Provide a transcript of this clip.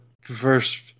first